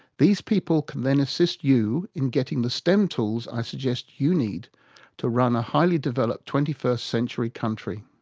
these people can then assist you in getting the stemm tools i suggest you need to run a highly developed twenty first century country.